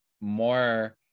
more